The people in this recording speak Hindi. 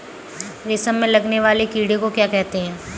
रेशम में लगने वाले कीड़े को क्या कहते हैं?